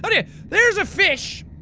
but yeah there's a fish.